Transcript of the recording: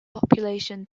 population